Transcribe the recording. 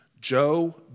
Joe